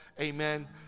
Amen